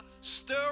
stir